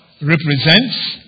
represents